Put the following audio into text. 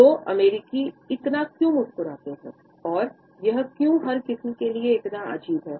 तो अमेरिकी इतना क्यों मुस्कुराते हैं और यह क्यों हर किसी के लिए इतना अजीब है